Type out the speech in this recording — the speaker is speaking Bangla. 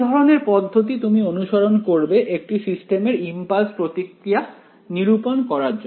কি ধরনের পদ্ধতি তুমি অনুসরণ করবে একটি সিস্টেমের ইম্পালস প্রতিক্রিয়া নিরূপণ করার জন্য